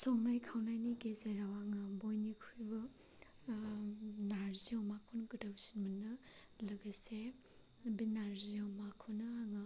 संनाय खावनायनि गेजेराव आङो बयनिख्रुइबो नारजि अमाखौनो गोथावसिन मोनो लोगोसे बे नारजि अमाखौनो आङो